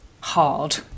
hard